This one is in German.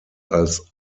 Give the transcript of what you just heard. als